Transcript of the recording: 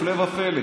הפלא ופלא,